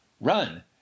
Run